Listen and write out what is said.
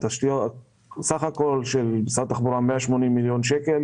סך הכול של משרד התחבורה, 180 מיליון שקלים.